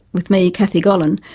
with me, kathy gollan,